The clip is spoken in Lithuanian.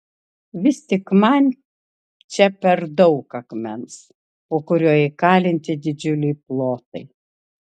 vis tik man čia per daug akmens po kuriuo įkalinti didžiuliai plotai